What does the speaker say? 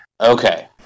Okay